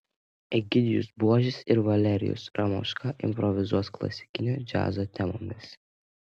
egidijus buožis ir valerijus ramoška improvizuos klasikinio džiazo temomis